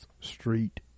Street